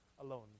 alone